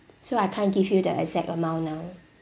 so I can't give you the exact amount now